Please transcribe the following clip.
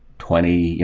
twenty,